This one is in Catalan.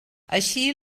així